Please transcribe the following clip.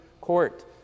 Court